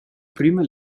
prüma